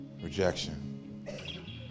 Rejection